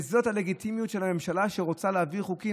וזאת הלגיטימיות של ממשלה שרוצה להעביר חוקים.